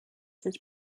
his